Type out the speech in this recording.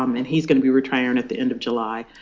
um and he's going to be retiring at the end of july.